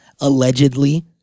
allegedly